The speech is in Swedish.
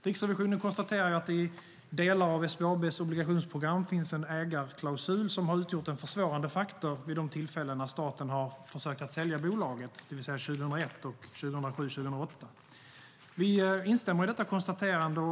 Riksrevisionen konstaterar att i delar av SBAB:s obligationsprogram finns en ägarklausul som har utgjort en försvårande faktor vid de tillfällen när staten har försökt att sälja bolaget, det vill säga 2001 och 2007-2008. Vi instämmer i detta konstaterande.